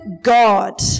God